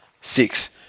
Six